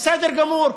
בסדר גמור.